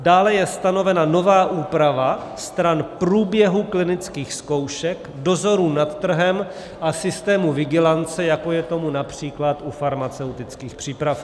Dále je stanovena nová úprava stran průběhu klinických zkoušek, dozorů nad trhem a systému vigilance, jako je tomu například u farmaceutických přípravků.